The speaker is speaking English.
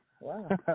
Wow